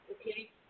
okay